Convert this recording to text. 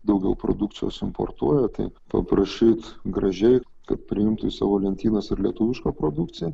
daugiau produkcijos importuoja tai paprašyt gražiai kad priimtų į savo lentynas ir lietuvišką produkciją